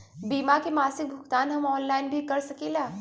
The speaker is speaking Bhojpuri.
बीमा के मासिक भुगतान हम ऑनलाइन भी कर सकीला?